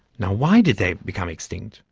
and why did they become extinct?